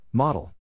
Model